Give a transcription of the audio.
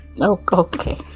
Okay